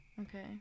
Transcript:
okay